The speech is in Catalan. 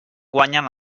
guanyen